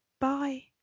Bye